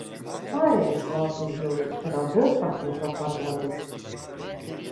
tarė jis lordui hilui ir abu prapliupo kvatotis